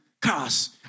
Cars